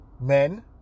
Men